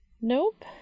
Nope